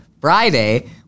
Friday